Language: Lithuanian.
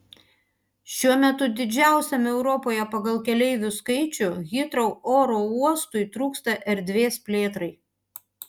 šiuo metu didžiausiam europoje pagal keleivių skaičių hitrou oro uostui trūksta erdvės plėtrai